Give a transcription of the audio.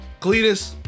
Cletus